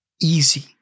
easy